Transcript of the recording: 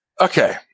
Okay